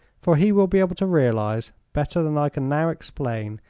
for he will be able to realize, better than i can now explain,